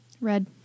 red